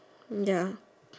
ya